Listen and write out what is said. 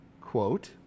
Quote